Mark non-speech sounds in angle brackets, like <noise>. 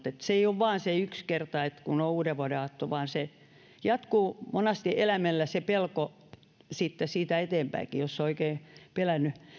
<unintelligible> että se ei ole vain se yksi kerta kun on uudenvuodenaatto vaan se pelko jatkuu monesti eläimellä sitten siitä eteenpäinkin jos on oikein pelännyt